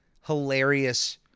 hilarious